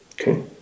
Okay